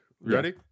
ready